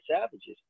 savages